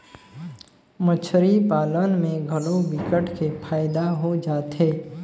मछरी पालन में घलो विकट के फायदा हो जाथे